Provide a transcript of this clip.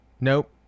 Nope